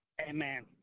Amen